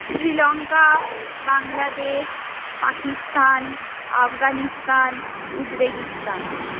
Sri Lanka Bangladesh Pakistan Afghanistan Uzbekistan